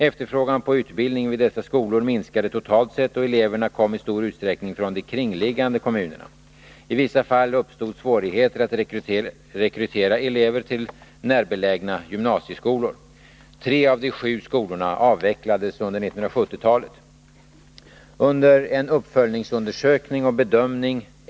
Efterfrågan på utbildning vid dessa skolor minskade totalt sett, och eleverna kom i stor utsträckning från de kringliggande kommunerna. I vissa fall uppstod svårigheter att rekrytera elever till närbelägna gymnasieskolor. Tre av de sju skolorna avvecklades under 1970-talet.